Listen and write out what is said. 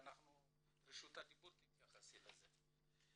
ברשות הדיבור תתייחסו לזה.